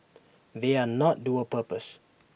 they are not dual purpose